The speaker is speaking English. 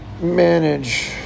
manage